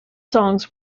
songs